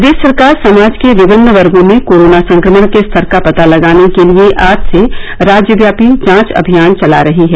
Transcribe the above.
प्रदेश सरकार समाज के विभिन्न वर्गो में कोरोना संक्रमण के स्तर का पता लगाने के लिए आज से राज्यव्यापी जांच अभियान चला रही है